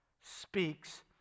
speaks